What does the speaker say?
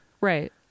Right